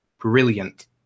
brilliant